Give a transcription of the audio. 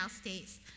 states